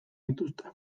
dituzte